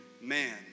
man